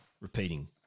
repeating